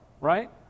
right